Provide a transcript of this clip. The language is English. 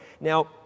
Now